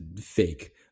fake